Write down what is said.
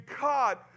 God